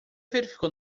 verificou